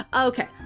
Okay